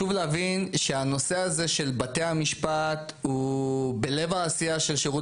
להבין שהנושא הזה של בתי המשפט הוא בלב העשייה של שירות